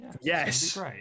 yes